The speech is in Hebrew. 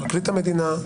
פרקליט המדינה,